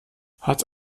hat